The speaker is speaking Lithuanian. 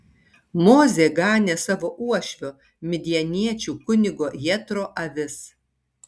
mozė ganė savo uošvio midjaniečių kunigo jetro avis